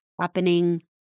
happening